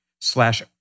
slash